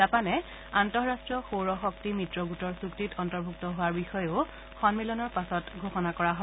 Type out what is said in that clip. জাপানে আন্তঃৰাষ্ট্ৰীয় সৌৰশক্তি মিত্ৰ গোটৰ চুক্তিত অন্তৰ্ভুক্ত হোৱাৰ বিষয়েও সন্মিলনৰ পাছত ঘোষণা কৰা হয়